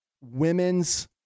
women's